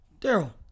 Daryl